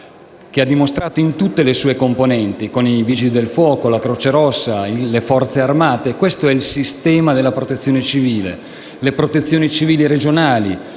lo ha fatto in tutte le sue componenti, cioè con i Vigili del fuoco, la Croce Rossa italiana, le Forze armate (questo è il Sistema della protezione civile) e le protezioni civili regionali.